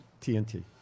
tnt